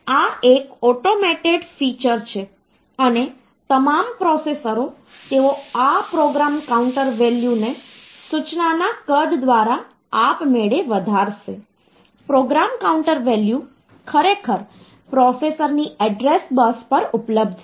તેથી તે બીજી સમસ્યા છે અને આપણે જાણીએ છીએ કે કમ્પ્યુટર સિસ્ટમમાં સંખ્યાઓ બાઈનરી ફોર્મેટ માં સંગ્રહિત થાય છે